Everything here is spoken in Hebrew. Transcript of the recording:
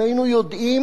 אם היינו יודעים,